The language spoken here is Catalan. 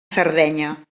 sardenya